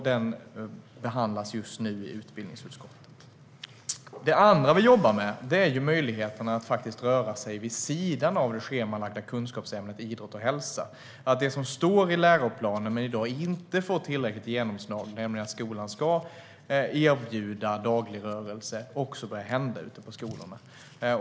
Det behandlas just nu i utbildningsutskottet. Det andra vi jobbar med är möjligheten att röra sig vid sidan av det schemalagda kunskapsämnet idrott och hälsa. Det som står i läroplanen men i dag inte får tillräckligt genomslag, nämligen att skolan ska erbjuda daglig rörelse, ska också börja hända ute på skolorna.